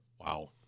wow